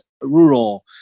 rural